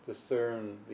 discern